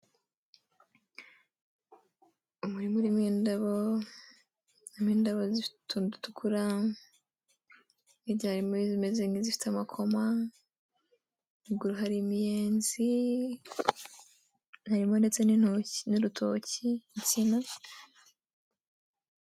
Umurima urimo indabo, indabo zifite utuntu dutukura, hirya harimi izimeze nk'izifite amakoma, ruguru hari imiyenzi, harimo ndetse n'urutoki, insina.